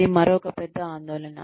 అది మరొక పెద్ద ఆందోళన